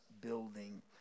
building